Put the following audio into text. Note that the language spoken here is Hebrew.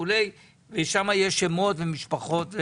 שם יש שמות ומשפחות,